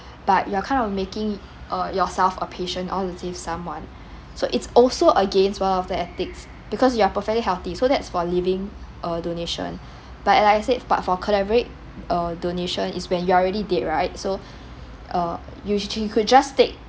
but you're kind of making uh yourself a patient in order to to save someone so it's also against one of that ethics because you're perfectly healthy so that's for living uh donation but like I said but for cadaveric uh donation is when you're already dead right so uh you sh~ you could just take